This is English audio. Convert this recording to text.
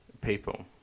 people